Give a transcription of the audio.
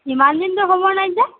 ইমানদিন যে খবৰ নাই যে